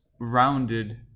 rounded